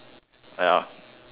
ya